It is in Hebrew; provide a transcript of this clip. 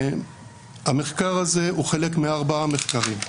המחקר הזה הוא חלק מארבעה מחקרים.